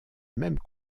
même